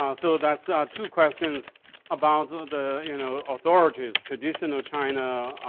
um so that's ah two questions about the the you know authorities, traditional china,